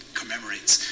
commemorates